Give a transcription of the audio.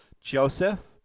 Joseph